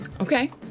Okay